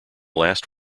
last